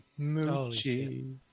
Moochie